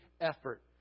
effort